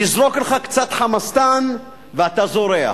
נזרוק לך קצת "חמאסטן" ואתה זורח.